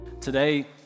Today